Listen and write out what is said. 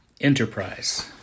enterprise